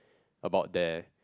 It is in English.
about there